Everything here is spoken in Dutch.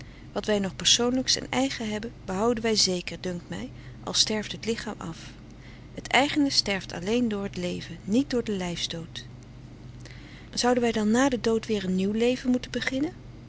des doods nog persoonlijks en eigen hebben behouden wij zeker dunkt mij al sterft het lichaam af het eigene sterft alleen door het leven niet door den lijfsdood zouden wij dan na den dood weer een nieuw leven moeten beginnen